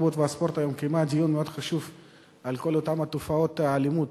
התרבות והספורט קיימה היום דיון מאוד חשוב על תופעת האלימות